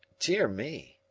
dear me!